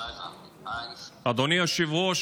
אדוני היושב-ראש,